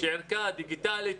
ערכה דיגיטלית,